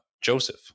Joseph